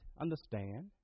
understand